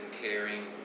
caring